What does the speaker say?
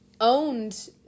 owned